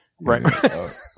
Right